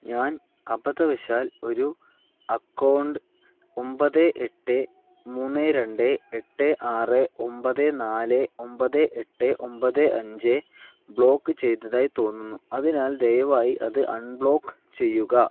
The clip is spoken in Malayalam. ഞാൻ അബദ്ധവശാൽ ഒരു അക്കൗണ്ട് ഒമ്പത് എട്ട് മൂന്ന് രണ്ട് എട്ട് ആറ് ഒമ്പത് നാല് ഒമ്പത് എട്ട് ഒമ്പത് അഞ്ച് ബ്ലോക്ക് ചെയ്തതായി തോന്നുന്നു അതിനാൽ ദയവായി അത് അൺബ്ലോക്ക് ചെയ്യുക